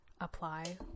apply